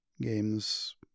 games